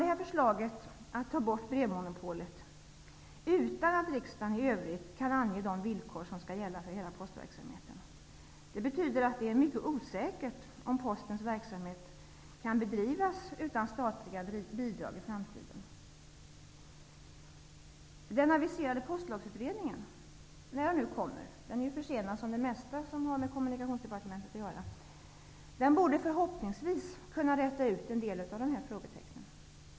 Det förslag som framförs, att brevmonopolet skall tas bort utan att riksdagen kan ange de villkor som skall gälla för postverksamheten i övrigt, betyder att det är mycket osäkert om Postens verksamhet kan bedrivas utan statliga bidrag i framtiden. Den aviserade Postlagsutredningen -- när den nu kommer, den är ju försenad som det mesta som har med Kommunikationsdepartementet att göra -- borde förhoppningsvis kunna räta ut en del av frågetecknen.